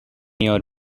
your